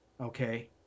Okay